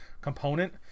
component